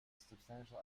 substantial